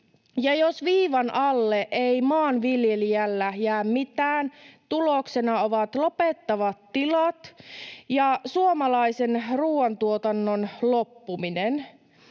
ja jos viivan alle ei maanviljelijällä jää mitään, tuloksena ovat lopettavat tilat ja suomalaisen ruuantuotannon loppuminen.